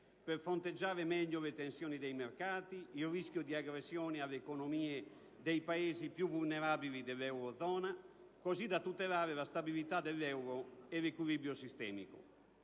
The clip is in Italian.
per fronteggiare meglio le tensioni dei mercati, il rischio di aggressione alle economie dei Paesi più vulnerabili dell'eurozona, così da tutelare la stabilità dell'euro e l'equilibrio sistemico.